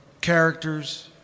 characters